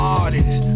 artist